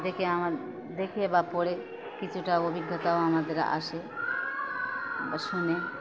দেখে আমার দেখে বা পড়ে কিছুটা অভিজ্ঞতাও আমাদের আসে বা শুনে